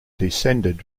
descended